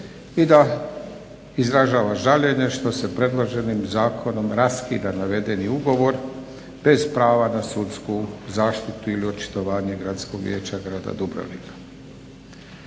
i da izražava žaljenje što se predloženim zakonom raskida navedeni ugovor bez prava na sudsku zaštitu ili očitovanje Gradskog vijeća grada Dubrovnika.